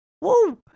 Woo